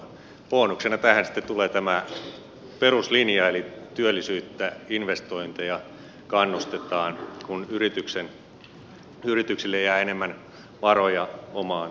bonuksena tähän sitten tulee tämä peruslinja eli työllisyyttä investointeja kannustetaan kun yrityksille jää enemmän varoja omaan käyttöönsä